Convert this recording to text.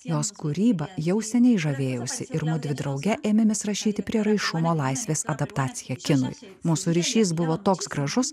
jos kūryba jau seniai žavėjausi ir mudvi drauge ėmėmės rašyti prieraišumo laisvės adaptaciją kinui mūsų ryšys buvo toks gražus